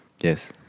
Yes